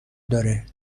داره